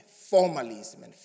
formalism